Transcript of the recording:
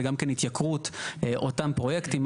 זה גם כן התייקרות אותם פרויקטים.